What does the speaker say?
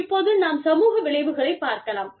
இப்போது நாம் சமூக விளைவுகளை பார்க்கலாம்